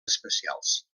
especials